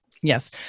Yes